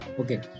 Okay